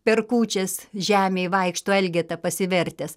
per kūčias žemėj vaikšto elgeta pasivertęs